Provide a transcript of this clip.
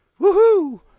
Woohoo